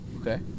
Okay